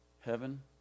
heaven